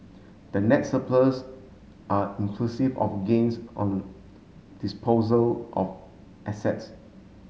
the next surplus are inclusive of gains on disposal of assets